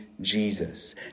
Jesus